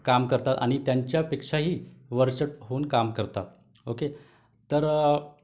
काम करतात आणि त्यांच्यापेक्षाही वरचढ होऊन काम करतात ओके तर